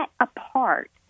apart